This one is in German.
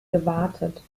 gewartet